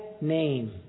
name